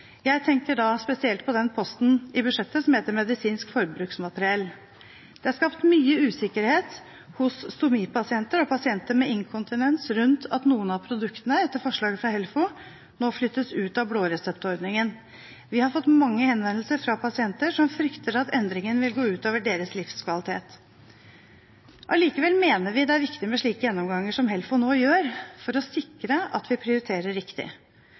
Jeg tenker da spesielt på den posten i budsjettet som heter medisinsk forbruksmateriell. Det er skapt mye usikkerhet hos stomipasienter og pasienter med inkontinens rundt at noen av produktene, etter forslag fra HELFO, nå flyttes ut av blåreseptordningen. Vi har fått mange henvendelser fra pasienter som frykter at endringen vil gå ut over deres livskvalitet. Allikevel mener vi det er viktig med slike gjennomganger som HELFO nå gjør, for å sikre at vi prioriterer riktig.